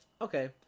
Okay